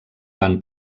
van